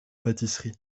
pâtisserie